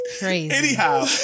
Anyhow